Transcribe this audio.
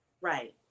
Right